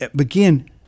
again